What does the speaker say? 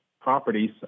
properties